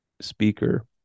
speaker